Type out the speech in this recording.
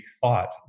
thought